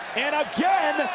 and again,